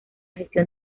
gestión